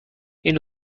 این